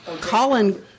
Colin